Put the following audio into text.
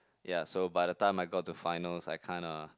ya so by the time I got to finals I kinda